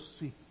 seek